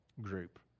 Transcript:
group